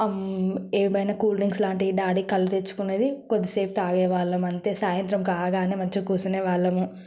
ఏమైనా cool drinks లాంటి daddy కళ్ళు తెచ్చుకునేది కొద్దిసేపు తాగే వాళ్ళము అంతే సాయంత్రం కాగానే మంచిగా కూర్చునే వాళ్ళము